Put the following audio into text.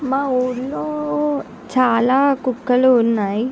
మా ఊరిలో చాలా కుక్కలు ఉన్నాయి